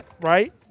right